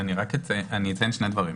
אציין שני דברים.